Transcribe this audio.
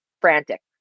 frantic